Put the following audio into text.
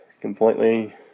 completely